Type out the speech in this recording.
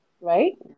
Right